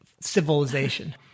civilization